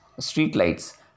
streetlights